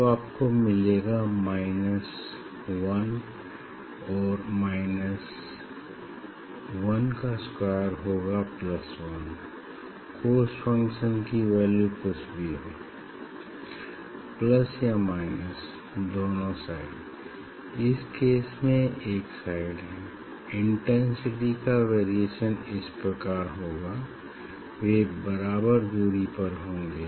तब आपको मिलेगा माइनस 1 और माइनस 1 का स्क्वायर होगा प्लस 1 cos फंक्शन की वैल्यू कुछ भी हो प्लस या माइनस दोनों साइड इस केस में एक साइड है इंटेंसिटी का वेरिएशन इस प्रकार होगा वे बराबर दूरी पर होंगे